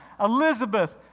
Elizabeth